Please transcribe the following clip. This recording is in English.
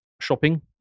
shopping